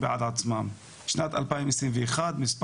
אני שמחה לראות שפואד נכנס לעבודה.